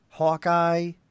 Hawkeye